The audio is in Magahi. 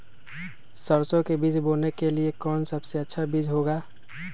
सरसो के बीज बोने के लिए कौन सबसे अच्छा बीज होगा?